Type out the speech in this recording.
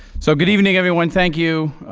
so good evening, everyone. thank you,